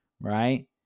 Right